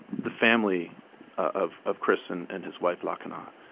the family of of chris and and his wife, lakhana.